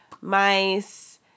mice